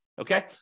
okay